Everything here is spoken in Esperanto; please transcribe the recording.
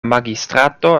magistrato